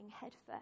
headfirst